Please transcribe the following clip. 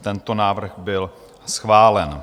Tento návrh byl schválen.